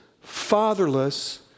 fatherless